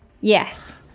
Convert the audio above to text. yes